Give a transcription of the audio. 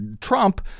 Trump